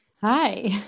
Hi